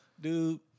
Dude